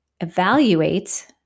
evaluate